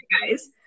guys